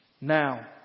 now